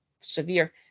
severe